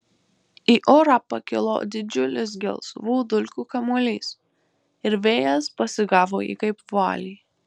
į orą pakilo didžiulis gelsvų dulkių kamuolys ir vėjas pasigavo jį kaip vualį